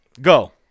Go